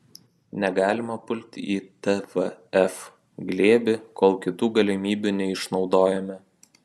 negalima pulti į tvf glėbį kol kitų galimybių neišnaudojome